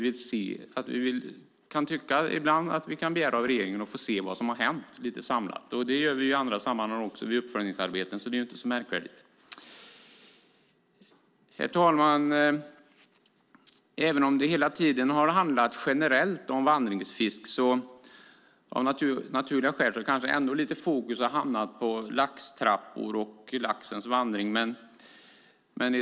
Ibland kan vi begära av regeringen att få se vad som har hänt, lite samlat. Det gör vi också i andra sammanhang, i uppföljningsarbete, så det är inte så märkvärdigt. Herr talman! Även om det hela tiden har handlat generellt om vandringsfisk så har, kanske av naturliga skäl, visst fokus ändå hamnat på laxtrappor och laxens vandring.